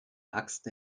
axt